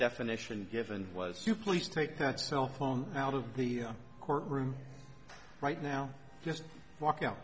definition given was you please take that cell phone out of the courtroom right now just walk out